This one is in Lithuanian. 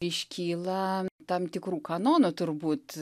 iškyla tam tikrų kanonų turbūt